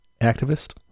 activist